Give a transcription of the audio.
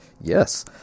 yes